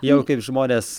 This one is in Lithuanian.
jau kaip žmonės